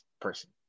person